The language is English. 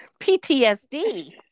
PTSD